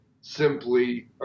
simply